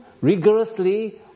rigorously